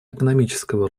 экономического